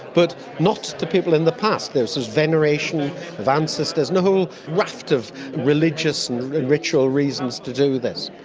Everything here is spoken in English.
but not to people in the past. there was so a veneration of ancestors and a whole raft of religious and ritual reasons to do this.